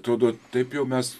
tuodu taip jau mes